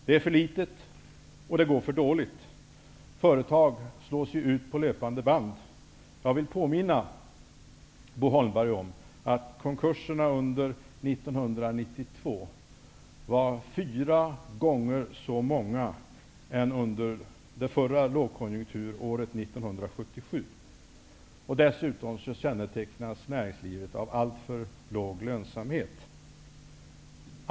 Det är för litet, och det går för dåligt. Företag slås ut på löpande band. Jag vill påminna Bo Holmberg om att konkurserna under 1992 var fyra gånger så många som under det förra lågkonjunkturåret 1977. Dessutom kännetecknas näringslivet av alltför låg lönsamhet.